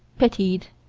pitied,